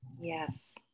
Yes